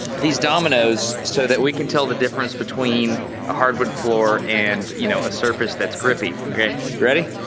these dominoes so that we can tell the difference between a hardwood floor, and you know a surface that's grippy. okay ready?